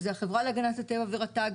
שזה החברה להגנת הטבע ורט"ג,